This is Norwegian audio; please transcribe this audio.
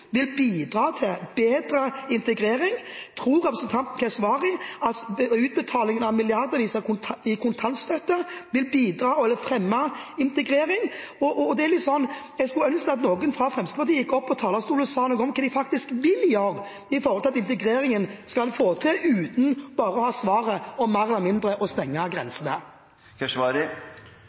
vil bidra til bedre integrering? Tror representanten Keshvari at utbetaling av milliardvis i kontantstøtte vil bidra til å fremme integrering? Jeg skulle ønske at noen fra Fremskrittspartiet gikk på talerstolen og sa noe om hva de faktisk vil gjøre for å få til integrering – uten bare svaret om, mer eller mindre, å stenge